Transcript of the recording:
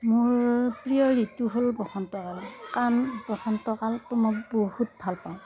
মোৰ প্ৰিয় ঋতু হ'ল বসন্তকাল কাৰণ বসন্ত কালটো মই বহুত ভালপাওঁ